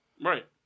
Right